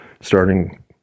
starting